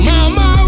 Mama